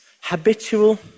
Habitual